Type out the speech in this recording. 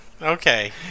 Okay